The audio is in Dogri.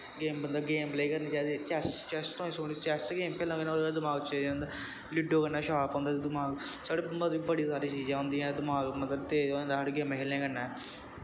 बंदे गेम प्ले करनी चाही दा चैस चैस गेम खेलनें कन्नैं ओह् दमाक चेंज होंदा लूड्डो कन्नैं शार्प होंदा दमाक साढ़ी मतलव बड़ी सारी चीजां होंदियां दमाक मतलव तेज होई जंदा गेमां खेलने कन्नैं